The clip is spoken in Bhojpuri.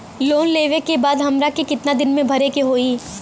लोन लेवे के बाद हमरा के कितना समय मे भरे के होई?